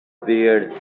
period